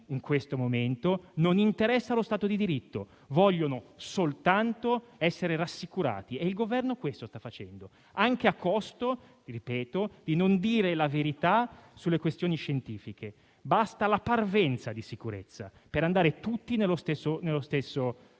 in questo momento ai cittadini non interessa lo Stato di diritto, vogliono soltanto essere rassicurati e il Governo sta facendo questo, anche a costo di non dire la verità sulle questioni scientifiche. Basta la parvenza di sicurezza per andare tutti nella stessa